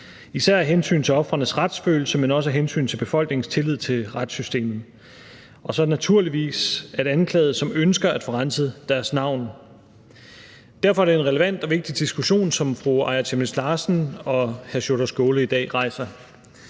især af hensyn til ofrenes retsfølelse, men også af hensyn til befolkningens tillid til retssystemet, og naturligvis om anklagede, som ønsker at få renset deres navn. Derfor er det en relevant og vigtig diskussion, som fru Aaja Chemnitz Larsen og hr. Sjúrður Skaale i dag rejser.